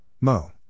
Mo